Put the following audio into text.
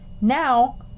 now